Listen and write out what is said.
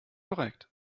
korrekt